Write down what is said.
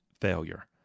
failure